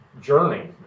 journey